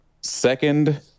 second